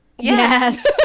Yes